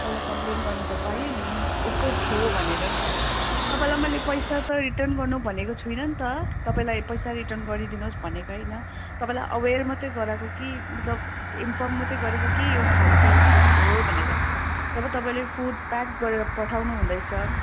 तपाईंलाई कम्प्लेन गर्नु त पायो नि यस्तो थियो भनेर तपाईँलाई मैले पैसा त रिटर्न गर्नु भनेको छुइनँ नि त तपाईँलाई पैसा रिटर्न गरिदिनु होस् भनेको होइन तपाईँलाई अवेयर मात्र गराएको कि मतलब इन्फर्म मात्र गरेको कि यो खाना चाहिँ यस्तो थियो भनेर जब तपाईंले फुड प्याक गरेर पठाउनु हुँदैछ